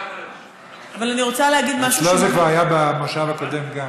אצלו זה כבר היה גם במושב הקודם.